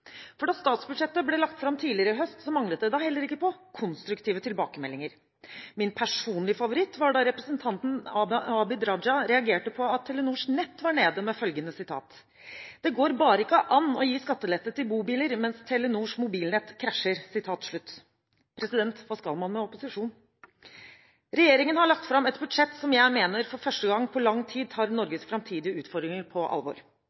For da statsbudsjettet ble lagt fram tidligere i høst, manglet det da heller ikke på konstruktive tilbakemeldinger. Min personlige favoritt var da representanten Abid Q. Raja reagerte på at Telenors nett var nede, med følgende sitat: «Det går bare ikke an å gi skattelette til bobiler mens Telenors mobilnett krasjer.» Hva skal man med opposisjon? Regjeringen har lagt fram et budsjett som jeg mener for første gang på lang tid tar Norges framtidige utfordringer på alvor.